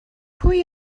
pwy